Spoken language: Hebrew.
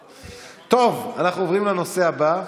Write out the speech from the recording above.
טוב, אנחנו עוברים לנושא הבא,